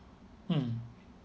mm